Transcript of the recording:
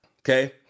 okay